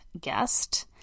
guest